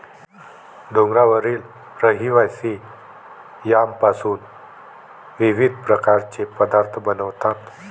डोंगरावरील रहिवासी यामपासून विविध प्रकारचे पदार्थ बनवतात